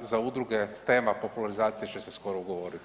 za udruge STEM-a popularizacije će se uskoro ugovoriti.